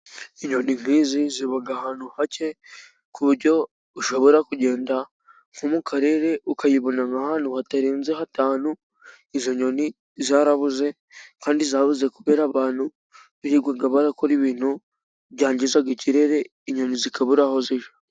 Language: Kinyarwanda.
Inyoni nk'izi ziba ahantu hake, ku buryo ushobora kugenda nko mu karere ukayibona nk'ahantu hatarenze hatanu. Izo nyoni zarabuze kandi zabuze kubera ko abantu birirwa bakora ibintu byangiza ikirere, inyoni zikabura aho zijya.